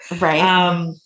right